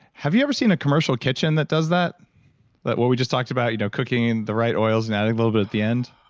have you ever seen a commercial kitchen that does that, that what we just talked about you know cooking the right oils and adding a little bit at the end?